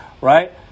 right